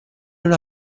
una